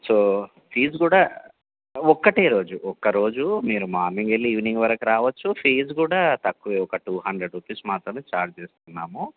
so fee కూడా ఒక్కటే రోజు ఒక్క రోజు మీరు మార్నింగ్ వెళ్ళి ఈవెనింగ్ వరకు రావచ్చు ఫీజు కూడా తక్కువే ఒక టూ హండ్రెడ్ రూపీస్ మాత్రమే ఛార్జ్ చేస్తున్నాము